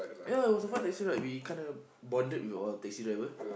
ya it was a fun taxi ride we kinda bonded with our taxi driver